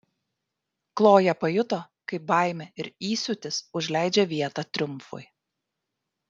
kloja pajuto kaip baimė ir įsiūtis užleidžia vietą triumfui